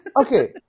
Okay